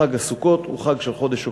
חג הסוכות הוא חג של חודש אוקטובר,